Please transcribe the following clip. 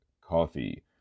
Coffee